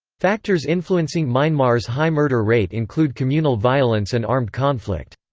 factors influencing myanmar's high murder rate include communal violence and armed conflict.